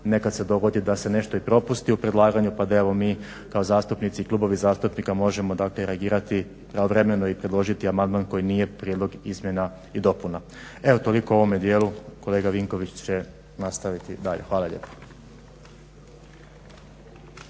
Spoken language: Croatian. Nekad se dogodi da se nešto i propusti u predlaganju pa da mi kao zastupnici i klubovi zastupnika možemo reagirati pravovremeno i predložiti amandman koji nije prijedlog izmjena i dopuna. Evo toliko u ovome dijelu, kolega Vinković će nastaviti dalje. Hvala lijepo.